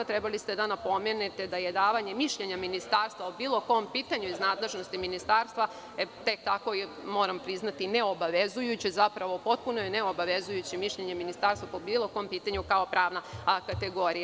Trebali ste da napomenete da je davanje mišljenja Ministarstva o bilo kom pitanju iz nadležnosti Ministarstva tek tako neobavezujuće, zapravo potpuno je neobavezujuće mišljenje Ministarstva po bilo kom pitanju kao pravna kategorija.